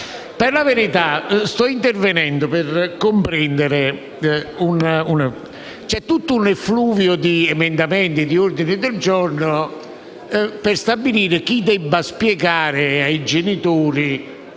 Per la verità, sto intervenendo per comprendere un fatto. C'è tutto un effluvio di emendamenti e di ordini del giorno per stabilire chi debba spiegare ai genitori